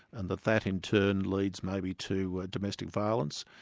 and that that in turn leads maybe to domestic violence,